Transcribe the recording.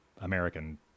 American